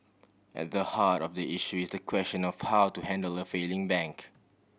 at the heart of the issue is the question of how to handle a failing bank